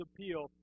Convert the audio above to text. appeal